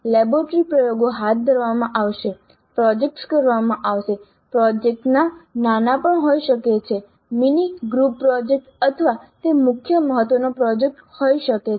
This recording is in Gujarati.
લેબોરેટરી પ્રયોગો હાથ ધરવામાં આવશે પ્રોજેક્ટ્સ કરવામાં આવશે પ્રોજેક્ટ્સ નાના પણ હોઈ શકે છે મિની ગ્રુપ પ્રોજેક્ટ્સ અથવા તે મુખ્ય મહત્વનો પ્રોજેક્ટ હોઈ શકે છે